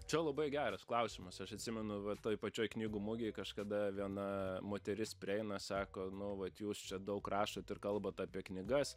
čia labai geras klausimas aš atsimenu va toj pačioj knygų mugėj kažkada viena moteris prieina sako nu vat jūs čia daug rašot ir kalbat apie knygas